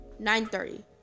9.30